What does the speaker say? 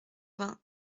vingt